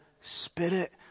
spirit